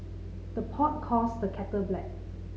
the pot calls the kettle black